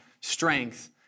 strength